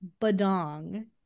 badong